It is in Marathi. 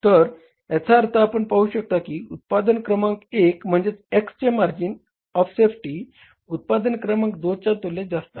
तर याचा अर्थ आपण पाहू शकता की उत्पादन क्रमांक एक म्हणजेच X चे मार्जिन ऑफ सेफ्टी उत्पादन क्रमांक दोनच्या तुलनेत जास्त आहे